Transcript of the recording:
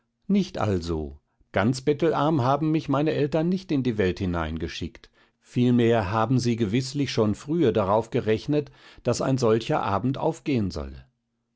nicht also ganz bettelarm haben mich meine eltern nicht in die welt hineingeschickt vielmehr haben sie gewißlich schon frühe darauf gerechnet daß ein solcher abend aufgehn solle